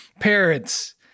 parents